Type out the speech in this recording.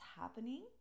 happening